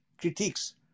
critiques